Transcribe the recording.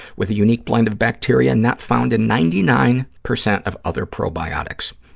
with a unique blend of bacteria not found in ninety nine percent of other probiotics.